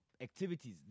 activities